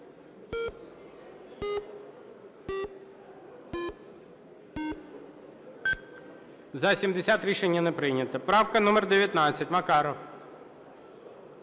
За-70 Рішення не прийнято. Правка номер 19, Макаров.